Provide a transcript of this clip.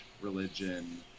religion